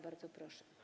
Bardzo proszę.